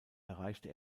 erreichte